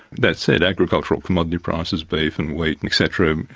that said, agricultural commodity prices, beef and wheat and et cetera,